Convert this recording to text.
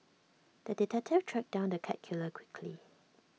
the detective tracked down the cat killer quickly